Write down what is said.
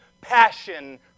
passion